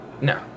No